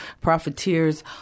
Profiteers